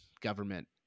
government